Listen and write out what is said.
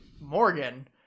Morgan